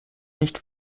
nicht